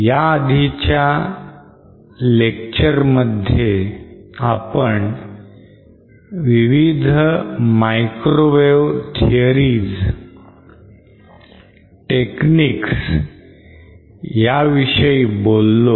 ह्याआधीच्या lectures मध्ये आपण विविध microwave theories techniques याविषयी बोललो